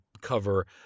cover